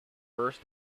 first